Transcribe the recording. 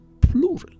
plural